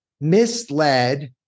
misled